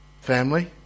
family